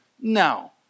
No